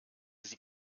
sie